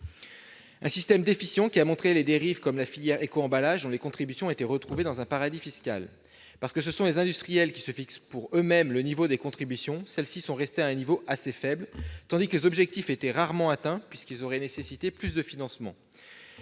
Ce système déficient a connu des dérives, comme celles de la filière éco-emballage dont les contributions ont été retrouvées dans un paradis fiscal. Parce que ce sont les industriels qui fixent pour eux-mêmes le niveau des contributions, celles-ci sont restées à un niveau assez faible, tandis que les objectifs étaient rarement atteints, à défaut des financements